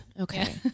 Okay